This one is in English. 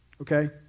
Okay